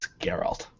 Geralt